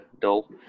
dull